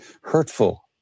hurtful